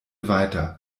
weiter